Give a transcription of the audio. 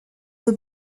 will